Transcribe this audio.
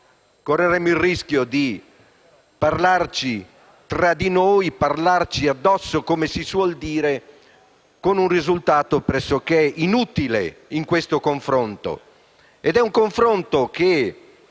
corriamo il rischio di parlare tra di noi, di parlarci addosso - come si suol dire - con un risultato pressoché inutile in questo confronto.